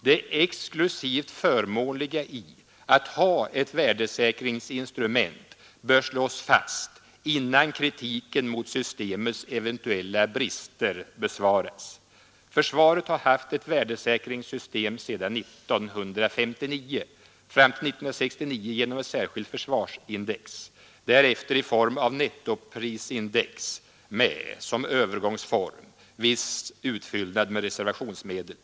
Det exklusivt förmånliga i att ha ett värdesäkringsinstrument bör slås fast innan kritiken mot systemets eventuella brister besvaras. Försvaret har haft ett värdesäkringssystem sedan 1959, fram till 1969 genom ett särskilt försvarsindex, därefter i form av nettoprisindex med, som övergångsform, viss utfyllnad med reservationsmedel.